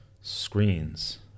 screens